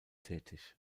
tätig